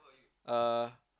uh